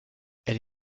elle